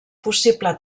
possible